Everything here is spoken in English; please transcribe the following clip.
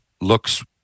looks